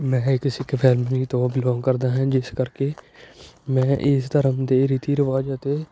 ਮੈਂ ਇੱਕ ਸਿੱਖ ਫੈਮਿਲੀ ਤੋਂ ਬਿਲੋਂਗ ਕਰਦਾ ਹਾਂ ਜਿਸ ਕਰਕੇ ਮੈਂ ਇਸ ਧਰਮ ਦੇ ਰੀਤੀ ਰਿਵਾਜ਼ ਅਤੇ